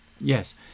yes